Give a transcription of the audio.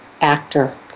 actor